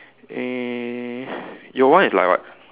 mm your one is like what